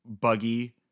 buggy